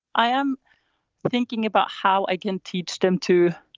i am thinking about how i can teach them to